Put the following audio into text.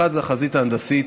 אחת זו החזית ההנדסית,